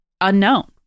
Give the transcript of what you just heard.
unknown